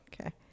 Okay